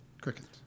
Crickets